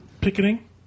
picketing